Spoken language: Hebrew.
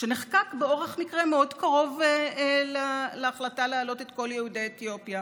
שנחקק באורח מקרה מאוד קרוב להחלטה להעלות את כל יהודי אתיופיה,